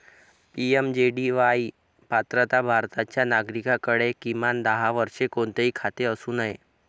PMJDY पात्रता भारताच्या नागरिकाकडे, किमान दहा वर्षे, कोणतेही खाते असू नये